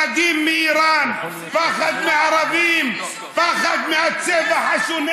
פחדים מאיראן, פחד מערבים, פחד מהצבע השונה